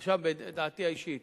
עכשיו, דעתי האישית.